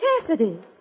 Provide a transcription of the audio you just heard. Cassidy